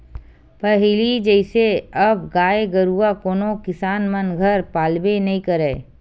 पहिली जइसे अब गाय गरुवा कोनो किसान मन घर पालबे नइ करय